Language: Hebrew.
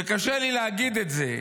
שקשה לי להגיד את זה,